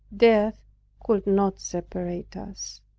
death could not separate us.